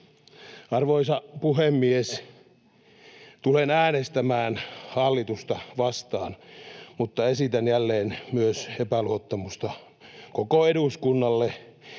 Arvoisa puhemies! Tulen äänestämään hallitusta vastaan, mutta esitän jälleen myös epäluottamusta koko eduskunnalle